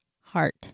heart